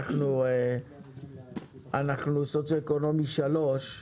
ואנחנו סוציו-אקונומי שלוש.